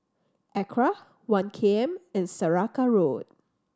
ACRA One K M and Saraca Road